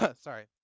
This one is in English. sorry